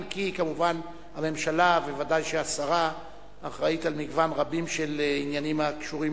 אם כי היא כמובן בממשלה וודאי שהשרה אחראית לרבים מהעניינים הקשורים